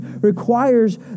requires